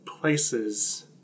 places